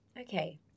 Okay